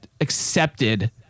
accepted